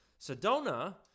sedona